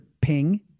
Ping